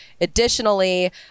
additionally